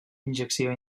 injecció